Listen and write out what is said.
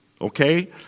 Okay